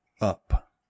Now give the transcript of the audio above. up